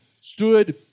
stood